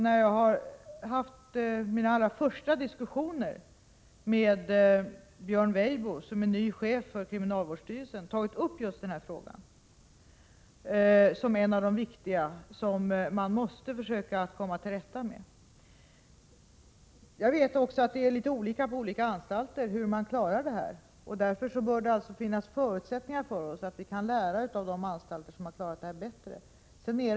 Därför har jag i mina allra första diskussioner med Björn Weibo, som är ny chef för kriminalvårdsstyrelsen, tagit upp denna fråga. Denna fråga är en av de viktigaste som man måste försöka komma till rätta med. Jag vet också att det är litet olika på olika anstalter hur man klarar av denna situation. Därför bör det finnas förutsättningar för oss att ta lärdom av de anstalter som har klarat denna situation bättre.